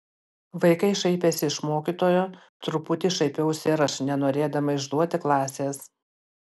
vaikai šaipėsi iš mokytojo truputį šaipiausi ir aš nenorėdama išduoti klasės